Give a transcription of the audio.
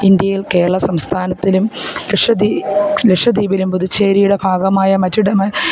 ഇന്ത്യയിൽ കേരള സംസ്ഥാനത്തിലും ലക്ഷദ്വീപിലും പുതുച്ചേരിയിടെ ഭാഗമായ മജു ഡമൻലും